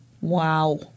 Wow